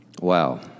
Wow